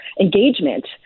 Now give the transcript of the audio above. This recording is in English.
engagement